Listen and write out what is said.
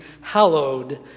hallowed